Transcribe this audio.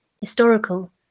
historical